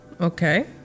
Okay